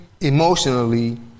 emotionally